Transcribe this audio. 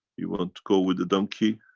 you want to go with the donkey?